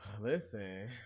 Listen